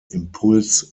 impuls